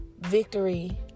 victory